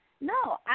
No